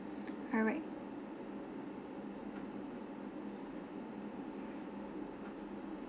alright